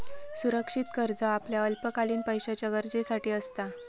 असुरक्षित कर्ज आपल्या अल्पकालीन पैशाच्या गरजेसाठी असता